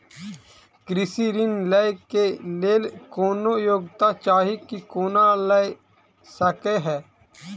कृषि ऋण लय केँ लेल कोनों योग्यता चाहि की कोनो लय सकै है?